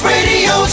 Radio